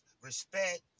respect